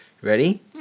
Ready